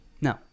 No